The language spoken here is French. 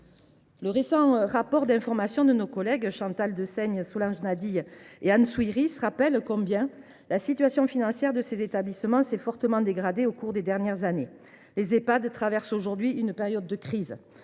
Le récent rapport d’information de nos collègues Chantal Deseyne, Solanges Nadille et Anne Souyris rappelle combien la situation financière de ces établissements s’est fortement dégradée au cours des dernières années. Les Ehpad traversent aujourd’hui une période de crise